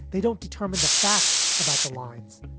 they don't determine the facts about the lines.